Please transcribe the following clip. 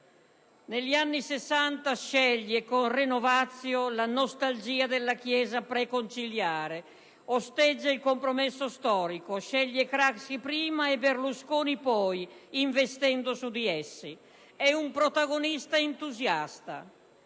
Negli anni Sessanta, sceglie con la rivista "Renovatio" la nostalgia della Chiesa preconciliare e successivamente osteggia il compromesso storico, sceglie Craxi prima e Berlusconi poi, investendo su di essi. È un protagonista entusiasta.